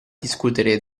discutere